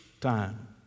time